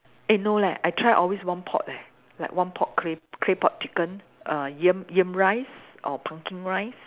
eh no leh I try always one pot eh like one pot clay clay pot chicken err yam yam rice or pumpkin rice